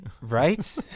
Right